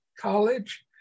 college